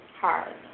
hard